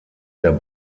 der